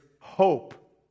hope